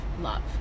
love